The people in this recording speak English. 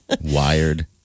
Wired